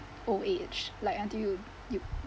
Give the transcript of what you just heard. old age like until you you